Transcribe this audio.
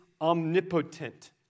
omnipotent